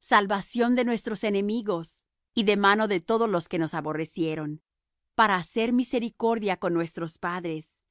salvación de nuestros enemigos y de mano de todos los que nos aborrecieron para hacer misericordia con nuestros padres